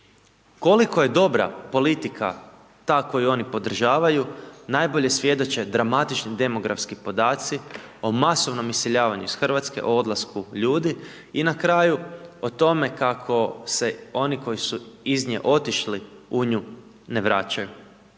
Koliko je dobra politika ta koju oni podržavaju, najbolje svjedoče dramatični demografski podaci o masovnom iseljavanju iz RH, o odlasku ljudi i na kraju o tome kako se oni koji su iz nje otišli, u nju ne vraćaju.